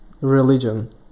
religion